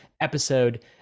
episode